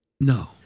No